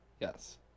Yes